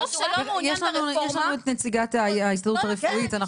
יש לנו את הנציגה של ההסתדרות הרפואית,